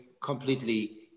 completely